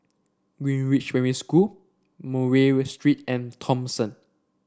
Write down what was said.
Greenridge Primary School Murray Street and Thomson